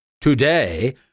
Today